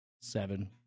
seven